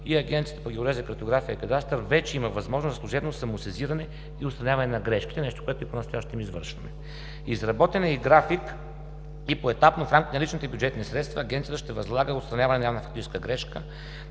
и Агенцията по геодезия, картография и кадастър вече има възможност за служебно самосезиране и отстраняване на грешките – нещо, което и понастоящем извършваме. Изработен е график и поетапно, в рамките на личните бюджетни средства, Агенцията ще възлага отстраняване на явна фактическа грешка